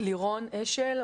לירון אשל,